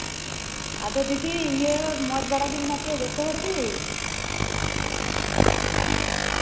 ᱟᱫᱚ ᱫᱤᱫᱤ ᱤᱭᱟᱹ ᱢᱚᱡᱽ ᱵᱟᱲᱟ ᱜᱮ ᱢᱮᱱᱟᱜ ᱯᱮᱭᱟ ᱡᱚᱛᱚ ᱦᱚᱲ ᱜᱮ